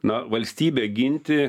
na valstybę ginti